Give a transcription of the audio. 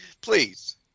please